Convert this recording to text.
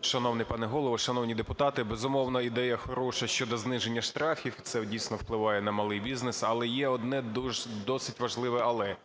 Шановний пане Голово, шановні депутати! Безумовно, ідея хороша - щодо зниження штрафів, це дійсно впливає на малий бізнес. Але є одне досить важливе "але":